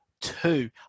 two